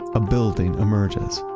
a building emerges,